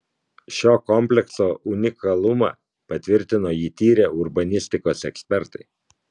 šio komplekso unikalumą patvirtino jį tyrę urbanistikos ekspertai